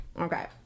Okay